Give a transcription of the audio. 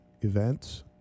events